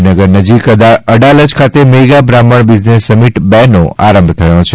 ગાંધીનગર નજીક અડાલજ ખાતે મેગા બ્રાહ્મણ બિઝનેસ સમિટ બેનો આરંભ થયો છે